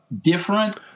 different